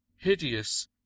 hideous